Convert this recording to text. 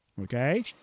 Okay